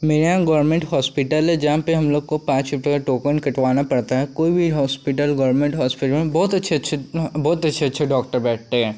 मेरे यहाँ government hospital है जहाँ पर हम लोग को पाँच रुपये का टोकन कटवाना पड़ता है कोई भी होस्पिटल गोरमेंट होस्पिटल बहुत अच्छे अच्छे बहुत अच्छे अच्छे डॉक्टर बैठते हैं